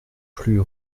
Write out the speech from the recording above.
plus